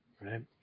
Right